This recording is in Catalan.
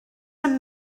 amb